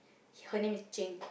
her name is Jing